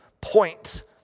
point